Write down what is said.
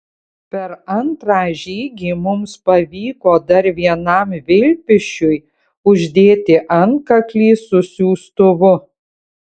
per antrą žygį mums pavyko dar vienam vilpišiui uždėti antkaklį su siųstuvu